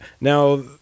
Now